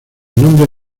nombres